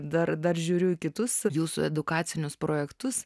dar dar žiūriu į kitus jūsų edukacinius projektus